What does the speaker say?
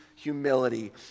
Humility